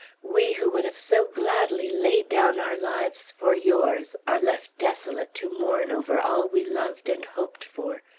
we, who would have so gladly laid down our lives for yours, are left desolate to mourn over all we loved and hoped for,